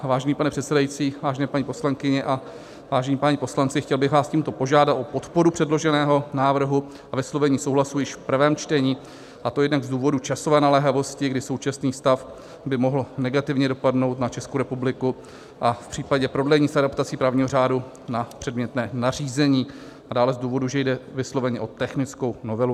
Vážený pane předsedající, vážené paní poslankyně a vážení páni poslanci, chtěl bych vás tímto požádat o podporu předloženého návrhu a vyslovení souhlasu již v prvém čtení, a to jednak z důvodu časové naléhavosti, kdy současný stav by mohl negativně dopadnout na Českou republiku a v případě prodlení s adaptací právního řádu na předmětné nařízení, a dále z důvodu, že jde vysloveně o technickou novelu.